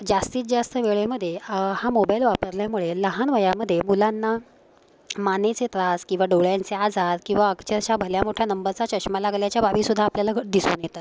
जास्तीत जास्त वेळेमध्ये हा मोबाईल वापरल्यामुळे लहान वयामधे मुलांना मानेचे त्रास किंवा डोळ्यांचे आजार किंवा अक्षरशः भल्या मोठ्या नंबरचा चष्मा लागल्याच्या बाबी सुद्धा आपल्याला दिसून येतात